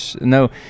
No